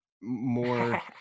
more